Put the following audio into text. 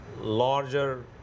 larger